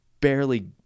barely